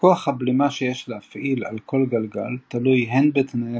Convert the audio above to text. כוח הבלימה שיש להפעיל על כל גלגל תלוי הן בתנאי